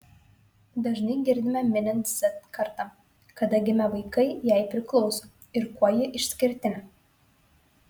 dažnai girdime minint z kartą kada gimę vaikai jai priklauso ir kuo ji išskirtinė